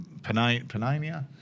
Panania